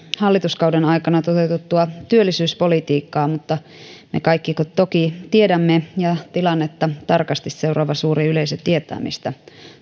hallituskauden aikana toteutettua työllisyyspolitiikkaa mutta me kaikki toki tiedämme ja tilannetta tarkasti seuraava suuri yleisö tietää mistä